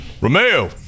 Romeo